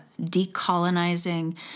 decolonizing